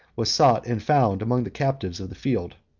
was sought and found among the captives of the field.